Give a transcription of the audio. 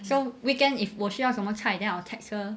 so weekend if 我需要什么菜 then I'll text her